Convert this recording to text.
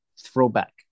throwback